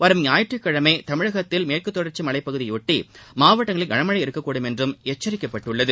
வரும் ஞாயிற்றுக்கிழமை தமிழகத்தில் மேற்குத் தொடர்ச்சி மலைப்பகுதியையொட்டி மாவட்டங்களில் கனமழை இருக்கக்கூடும் என்றும் எச்சரிக்கப்பட்டுள்ளது